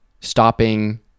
stopping